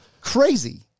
crazy